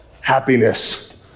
Happiness